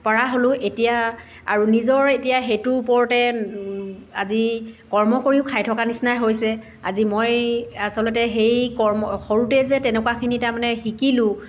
পৰা হ'লোঁ এতিয়া আৰু নিজৰ এতিয়া সেইটোৰ ওপৰতে আজি কৰ্ম কৰিও খাই থকা নিচিনাই হৈছে আজি মই আচলতে সেই কৰ্ম সৰুতেই যে তেনেকুৱাখিনি তাৰমানে শিকিলোঁ